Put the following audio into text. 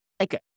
Okay